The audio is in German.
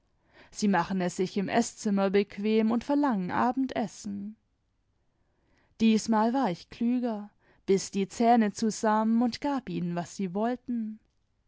sie machen es sich im eßzimmer bequem und verlangen abendessen diesmal war ich klüger biß die zähne zusammen und gab ihnen was sie wollten